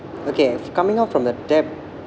okay if coming out from the debt